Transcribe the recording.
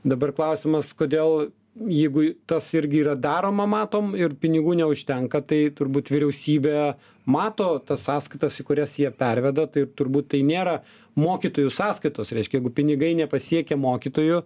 dabar klausimas kodėl jeigu tas irgi yra daroma matom ir pinigų neužtenka tai turbūt vyriausybė mato tas sąskaitas į kurias jie perveda tai turbūt tai nėra mokytojų sąskaitos reiškia jeigu pinigai nepasiekia mokytojų